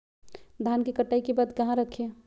धान के कटाई के बाद कहा रखें?